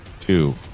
two